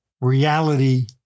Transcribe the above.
reality